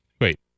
Wait